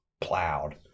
plowed